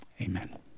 Amen